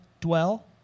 dwell